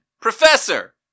Professor